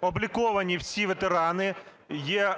обліковані всі ветерани, є